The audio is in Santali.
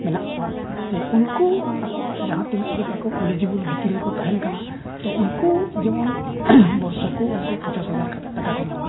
ᱢᱮᱱᱟᱜ ᱠᱚᱣᱟ ᱡᱮ ᱩᱱᱠᱩ ᱟᱠᱚᱣᱟᱜ ᱡᱟᱦᱟᱸ ᱛᱤᱱᱟᱹᱜ ᱜᱮᱛᱟ ᱠᱚ ᱮᱞᱤᱡᱤᱵᱮᱞ ᱵᱷᱤᱛᱤᱨ ᱨᱮᱠᱚ ᱛᱟᱦᱮᱱ ᱠᱟᱱᱟ ᱛᱳ ᱩᱱᱠᱩ ᱡᱮᱢᱚᱱ ᱵᱚᱨᱥᱚ ᱠᱚ ᱩᱱᱠᱩ ᱯᱚᱧᱪᱟᱥ ᱦᱟᱡᱟᱨ ᱠᱟᱛᱮᱫ ᱴᱟᱠᱟ ᱠᱚ ᱧᱟᱢᱟ